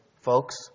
folks